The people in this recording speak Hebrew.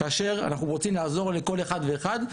כאשר אנחנו רוצים לעזור לכל אחד ואחד,